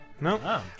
No